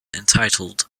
entitled